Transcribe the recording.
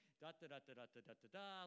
da-da-da-da-da-da-da-da